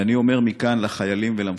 ואני אומר מכאן לחיילים ולמפקדים: